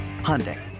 Hyundai